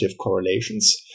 correlations